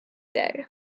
day